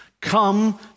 come